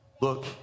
Look